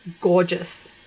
Gorgeous